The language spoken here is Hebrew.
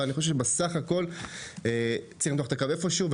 אבל צריך למתוח את הקו איפשהו,